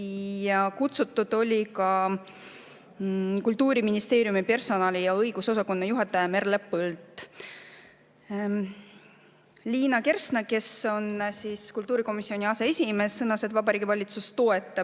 Kutsutud oli ka Kultuuriministeeriumi personali‑ ja õigusosakonna juhataja Merle Põld. Liina Kersna, kes on kultuurikomisjoni aseesimees, sõnas, et Vabariigi Valitsus toetab